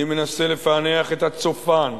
אני מנסה לפענח את הצופן,